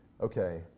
okay